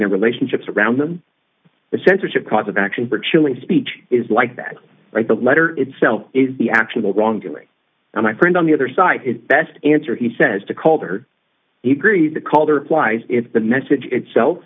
their relationships around them the censorship cause of action for chilling speech is like that right the letter itself is the actual wrongdoing and my friend on the other side it best answer he says to call her he agreed to call her lies if the message itself